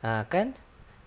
ah kan